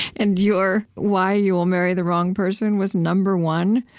and your why you'll marry the wrong person was number one,